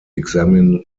examine